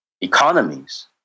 economies